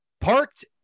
parked